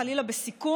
או חס וחלילה בסיכון,